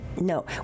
No